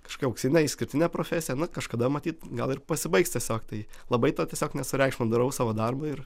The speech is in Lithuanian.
kažkokia auksinė išskirtinė profesija na kažkada matyt gal ir pasibaigs tiesiog tai labai to tiesiog nesureikšminu darau savo darbą ir